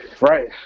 Right